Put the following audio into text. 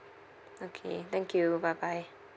okay thank you bye bye